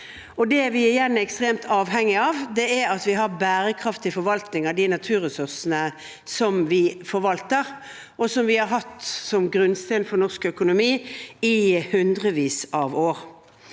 igjen er ekstremt avhengige av, er at vi har bærekraftig forvaltning av de naturressursene vi forvalter, og som vi har hatt som grunnstein for norsk økonomi i hundrevis av år.